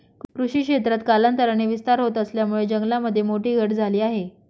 कृषी क्षेत्रात कालांतराने विस्तार होत असल्यामुळे जंगलामध्ये मोठी घट झाली आहे